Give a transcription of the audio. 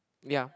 yea